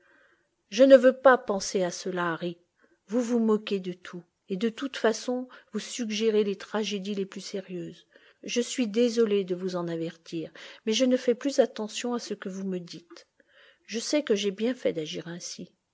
je ne veux pas penser à cela harry vous vous moquez de tout et de cette façon vous suggérez les tragédies les plus sérieuses je suis désolé de vous en avertir mais je ne fais plus attention à ce que vous me dites je sais que j'ai bien fait d'agir ainsi